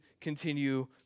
continue